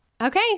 Okay